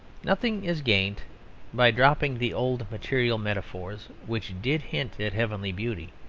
nothing is gained by dropping the old material metaphors, which did hint at heavenly beauty,